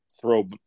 throw